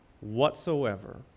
whatsoever